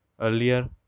earlier